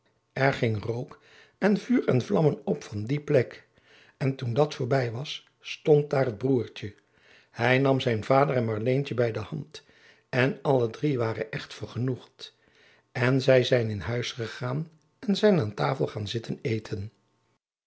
er ging rook en vuur en vlammen op van die plek en toen dat voorbij was stond daar het broertje hij nam zijn vader en marleentje bij de hand en alle drie waren echt vergenoegd en zij zijn in huis gegaan en zijn aan tafel gaan zitten eten